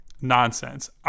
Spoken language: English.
nonsense